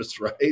right